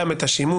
גם את השימוש,